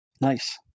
Nice